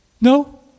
No